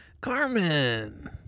carmen